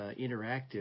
interactive